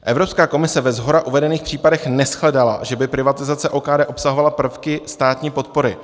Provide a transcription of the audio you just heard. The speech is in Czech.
Evropská komise ve shora uvedených případech neshledala, že by privatizace OKD obsahovala prvky státní podpory.